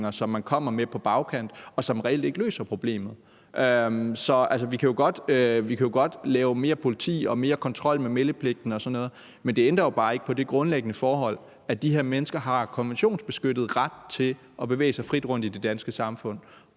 som man kommer med på bagkant, og som reelt ikke løser problemet. Så vi kan jo godt få mere politi og mere kontrol med meldepligten og sådan noget, men det ændrer jo bare ikke på det grundlæggende forhold, at de her mennesker har konventionsbeskyttet ret til at bevæge sig frit rundt i det danske samfund,